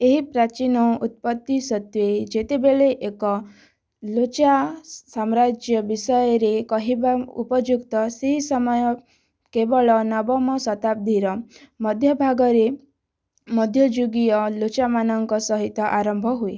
ଏହି ପ୍ରାଚୀନ ଉତ୍ପତ୍ତି ସତ୍ତ୍ୱେ ଯେତେବେଳେ ଏକ ଲୋଚା ସାମ୍ରାଜ୍ୟ ବିଷୟରେ କହିବା ଉପଯୁକ୍ତ ସେହି ସମୟ କେବଳ ନବମ ଶତାବ୍ଦୀର ମଧ୍ୟଭାଗରେ ମଧ୍ୟଯୁଗୀୟ ଲୋଚାମାନଙ୍କ ସହିତ ଆରମ୍ଭ ହୁଏ